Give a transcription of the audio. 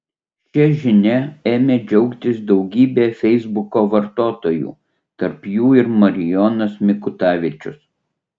šia žinia ėmė džiaugtis daugybė feisbuko vartotojų tarp jų ir marijonas mikutavičius